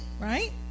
right